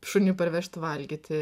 šuniui parvežt valgyti